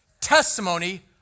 testimony